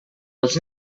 als